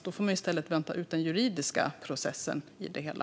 Då får man i stället vänta ut den juridiska processen i det hela.